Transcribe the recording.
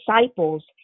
disciples